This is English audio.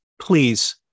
please